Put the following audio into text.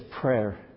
prayer